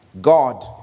God